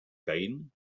caín